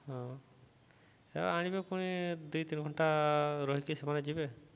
ହଁ ଏ ଆଣିବେ ପୁଣି ଦୁଇ ତିନି ଘଣ୍ଟା ରହିକି ସେମାନେ ଯିବେ